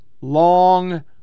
long